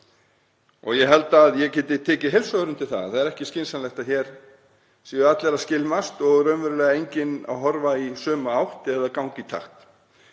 Ég held að ég geti tekið heils hugar undir það að það er ekki skynsamlegt að hér séu allir að skylmast og raunverulega enginn að horfa í sömu átt eða ganga í takt.